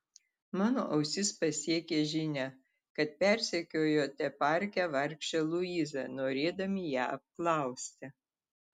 mano ausis pasiekė žinia kad persekiojote parke vargšę luizą norėdami ją apklausti